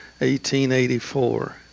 1884